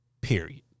period